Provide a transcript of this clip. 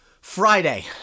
Friday